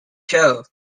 show